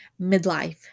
midlife